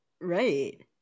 Right